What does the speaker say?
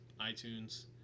iTunes